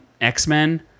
X-Men